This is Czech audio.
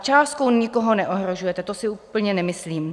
Částkou nikoho neohrožujete, to si úplně nemyslím.